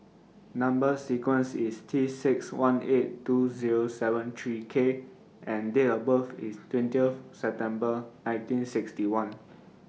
Number sequence IS T six one eight two Zero seven three K and Date of birth IS twentieth September nineteen sixty one